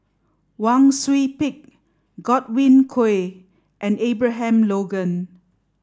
Wang Sui Pick Godwin Koay and Abraham Logan